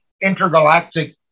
intergalactic